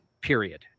period